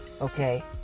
Okay